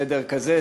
סדר כזה,